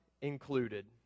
included